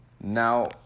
Now